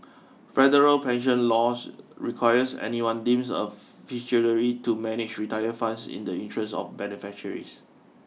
federal pension laws requires anyone deems a fiduciary to manage retirement funds in the interests of beneficiaries